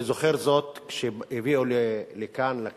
אני זוכר שכשהביאו לכאן, לכנסת,